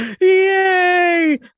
Yay